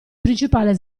principale